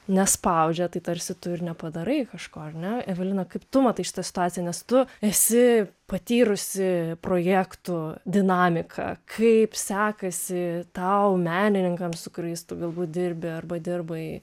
nespaudžia tai tarsi tu ir nepadarai kažko ar ne evelina kaip tu matai šitą situaciją nes tu esi patyrusi projektų dinamiką kaip sekasi tau menininkams su kuriais tu galbūt dirbi arba dirbai